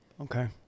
Okay